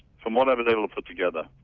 from what i was able to put together.